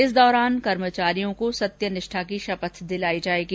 इस दौरान कर्मचारियों को सत्यनिष्ठा की शपथ दिलाई जायेगी